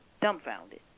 Dumbfounded